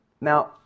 now